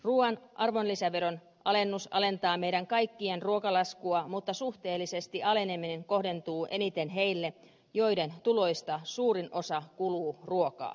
ruuan arvonlisäveron alennus alentaa meidän kaikkien ruokalaskua mutta suhteellisesti aleneminen kohdentuu eniten niille joiden tuloista suurin osa kuluu ruokaan